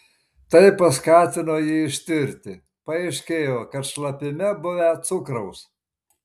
tai paskatino jį ištirti paaiškėjo kad šlapime buvę cukraus